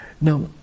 Now